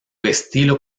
estilo